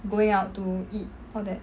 going out to eat all that